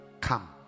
Come